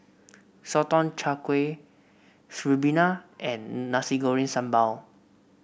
Sotong Char Kway ribena and Nasi Goreng Sambal